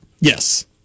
Yes